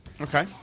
okay